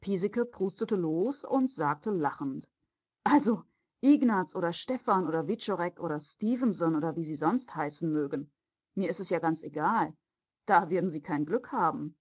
piesecke prustete los und sagte lachend also ignaz oder stefan oder wiczorek oder stefenson oder wie sie sonst heißen mögen mir ist ja das ganz egal da werden sie kein glück haben